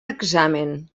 examen